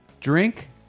Drink